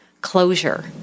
closure